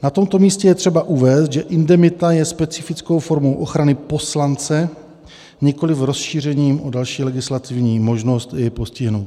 Na tomto místě je třeba uvést, že indemita je specifickou formou ochrany poslance, nikoli rozšířením o další legislativní možnost jej postihnout.